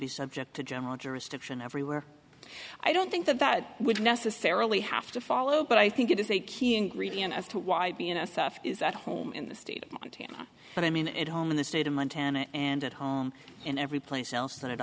be subject to general jurisdiction everywhere i don't think that that would necessarily have to follow but i think it is a key ingredient as to why the n s f is at home in the state of montana but i mean at home in the state of montana and at home and every place else tha